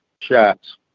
shots